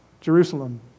Jerusalem